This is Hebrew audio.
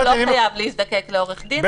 הוא לא חייב להזדקק לעורך דין.